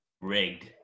Rigged